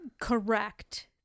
Correct